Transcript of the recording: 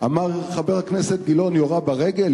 אמר חבר הכנסת גילאון: יורה ברגל?